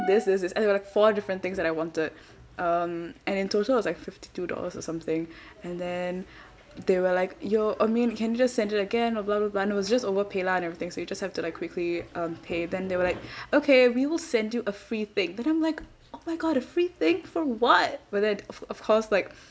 this this this and there were like four different things that I wanted um and in total was like fifty two dollars or something and then they were like yo I mean can you just send it again blah blah blah and it was just over paylah and everything so you just have to like quickly um pay then they were like okay we will send you a free thing then I'm like oh my god a free thing for what but then of of course like